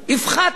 הפחתנו